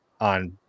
on